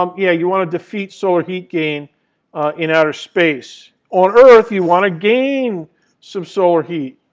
um yeah you want to defeat solar heat gain in outer space. on earth, you want to gain some solar heat.